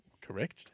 Correct